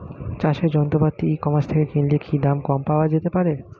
চাষের যন্ত্রপাতি e commerce থেকে কিনলে কি দাম কম পাওয়া যেতে পারে?